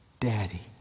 Daddy